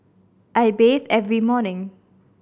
I bathe every morning